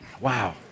Wow